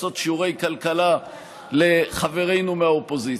לעשות שיעורי כלכלה לחברינו מהאופוזיציה.